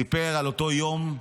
סיפר על אותו יום,